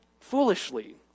foolishly